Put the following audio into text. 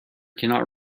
cannot